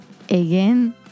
Again